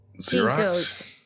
Xerox